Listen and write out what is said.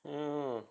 uh